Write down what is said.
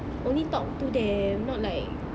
only talk to them not like